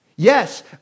Yes